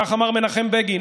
כך אמר מנחם בגין,